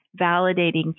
validating